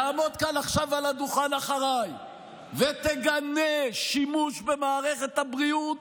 תעמוד כאן עכשיו על הדוכן אחריי ותגנה שימוש במערכת הבריאות